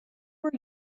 were